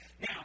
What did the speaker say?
Now